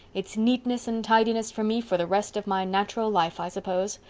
it's neatness and tidiness for me for the rest of my natural life, i suppose.